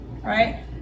right